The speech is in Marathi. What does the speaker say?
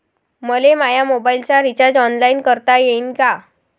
मले माया मोबाईलचा रिचार्ज ऑनलाईन करता येईन का?